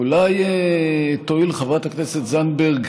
אולי תואיל חברת הכנסת זנדברג